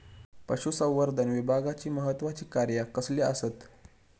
पशुसंवर्धन विभागाची महत्त्वाची कार्या कसली आसत?